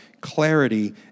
clarity